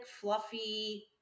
fluffy